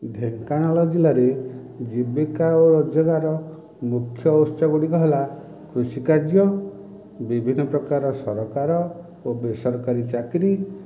ଢେଙ୍କାନାଳ ଜିଲ୍ଲାରେ ଜୀବିକା ଓ ରୋଜଗାର ମୁଖ୍ୟ ଉତ୍ସଗୁଡ଼ିକ ହେଲା କୃଷିକାର୍ଯ୍ୟ ବିଭିନ୍ନ ପ୍ରକାର ସରକାର ଓ ବେସରକାରୀ ଚାକିରୀ